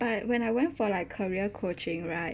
but when I went for like career coaching right